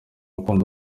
ukunda